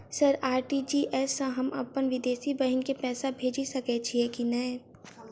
Sir RTGS सँ हम अप्पन विदेशी बहिन केँ पैसा भेजि सकै छियै की नै?